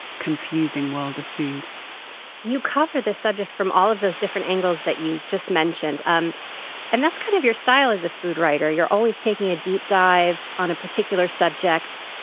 confusing world of food and you cover the subject from all of those different angles that you just mentioned. um and that's kind of your style as a food writer you're always taking a deep dive on a particular subject.